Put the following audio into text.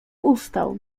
ustał